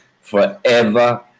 forever